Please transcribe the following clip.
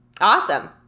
Awesome